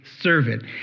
servant